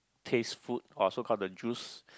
taste food or so called the juice